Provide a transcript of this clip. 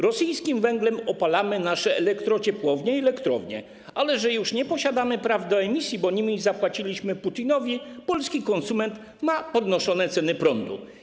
Rosyjskim węglem opalamy nasze elektrociepłownie i elektrownie, ale że już nie posiadamy praw do emisji, bo nimi zapłaciliśmy Putinowi, polski konsument ma podnoszone ceny prądu.